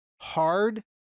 hard